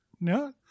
No